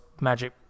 magic